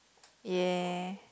ya